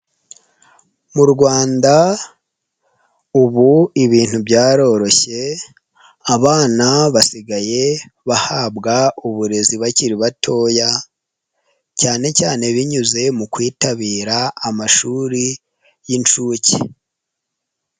Mu Rwanda ubu ibintu byaroroshye, abana basigaye bahabwa uburezi bakiri batoya, cyane cyane binyuze mu kwitabira amashuri y'inshuke.